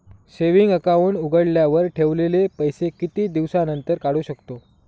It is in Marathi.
सेविंग अकाउंट उघडल्यावर ठेवलेले पैसे किती दिवसानंतर काढू शकतो?